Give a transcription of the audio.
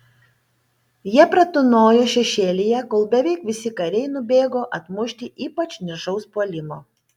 jie pratūnojo šešėlyje kol beveik visi kariai nubėgo atmušti ypač niršaus puolimo